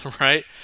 Right